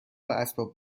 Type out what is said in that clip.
اسباب